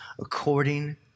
According